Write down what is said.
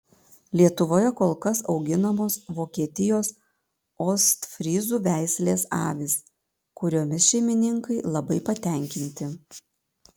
lietuvoje kol kas auginamos vokietijos ostfryzų veislės avys kuriomis šeimininkai labai patenkinti